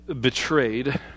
betrayed